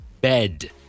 bed